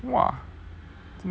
!wah!